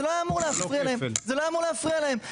זה לא היה אמור להפריע להם.